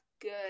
good